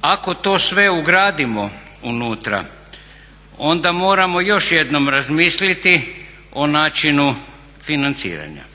ako to sve ugradimo unutra onda moramo još jednom razmisliti o načinu financiranja